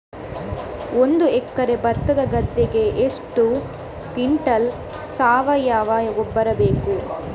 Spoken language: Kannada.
ಒಂದು ಎಕರೆ ಭತ್ತದ ಗದ್ದೆಗೆ ಎಷ್ಟು ಕ್ವಿಂಟಲ್ ಸಾವಯವ ಗೊಬ್ಬರ ಬೇಕು?